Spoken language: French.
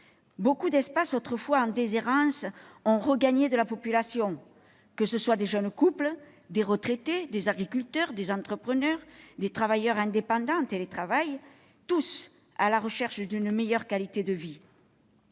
nombre d'espaces autrefois en déshérence ont regagné de la population, qu'il s'agisse de jeunes couples, de retraités, d'agriculteurs, d'entrepreneurs ou de travailleurs indépendants pratiquant le télétravail, tous à la recherche d'une meilleure qualité de vie.